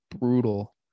brutal